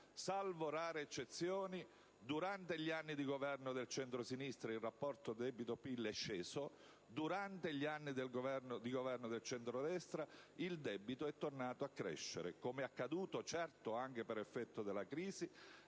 salvo rare eccezioni, durante gli anni di governo del centrosinistra il rapporto debito-PIL è sceso, durante gli anni di governo del centrodestra il debito è tornato a crescere, come è accaduto, certo anche per effetto della crisi,